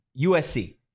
USC